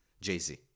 Jay-Z